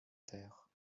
terre